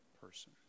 person